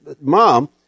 Mom